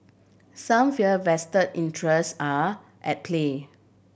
some fear vest interest are at play